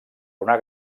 una